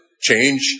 change